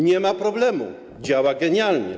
Nie ma problemu, działa genialnie.